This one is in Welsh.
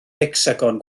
hecsagon